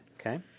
Okay